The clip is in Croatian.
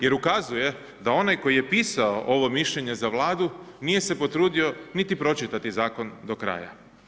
Jer ukazuje da onaj koji je pisao ovo mišljenje za Vladu nije se potrudio niti pročitati zakon do kraja.